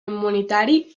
immunitari